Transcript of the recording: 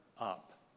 up